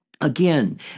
Again